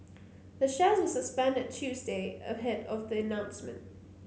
the shares were suspended Tuesday ahead of the announcement